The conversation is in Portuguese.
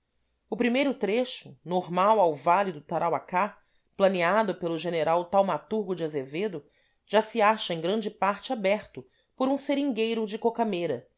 o primeiro trecho normal ao vale do taruacá planeado pelo general taumaturgo de azevedo já se acha em grande parte aberto por um seringueiro de cocamera